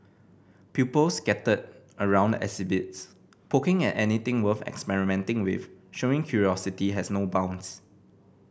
pupils scattered around the exhibits poking at anything worth experimenting with showing curiosity has no bounds